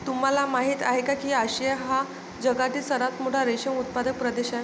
तुम्हाला माहिती आहे का की आशिया हा जगातील सर्वात मोठा रेशीम उत्पादक प्रदेश आहे